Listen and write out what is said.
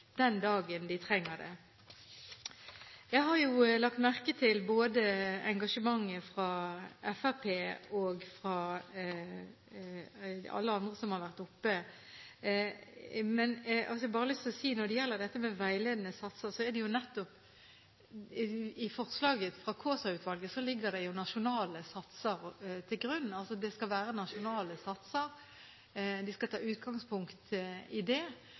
den dagen de trenger det. Jeg har jo lagt merke til engasjementet fra Fremskrittspartiet og fra alle andre som har vært oppe her. Jeg har bare lyst til å si at når det gjelder veiledende satser, ligger jo nettopp nasjonale satser til grunn i forslaget fra Kaasa-utvalget, altså at man skal ta utgangspunkt i nasjonale satser. Så vil det